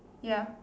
ya